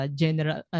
general